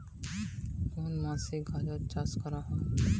কোন মাসে গাজর চাষ করব?